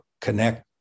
connect